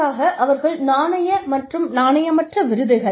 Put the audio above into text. அதற்காக அவர்கள் நாணய மற்றும் நாணயமற்ற விருதுகள்